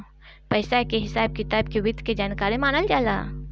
पइसा के हिसाब किताब के वित्त के जानकारी मानल जाला